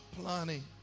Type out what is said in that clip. planning